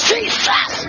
Jesus